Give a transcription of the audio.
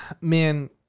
man